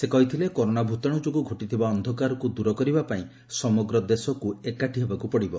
ସେ କହିଛନ୍ତି କରୋନା ଭୂତାଣୁ ଯୋଗୁଁ ଘୋଟିଥିବା ଅନ୍ଧକାରକୁ ଦୂର କରିବା ପାଇଁ ସମଗ୍ର ଦେଶକୁ ଏକାଠି ହେବାକୁ ପଡ଼ିବ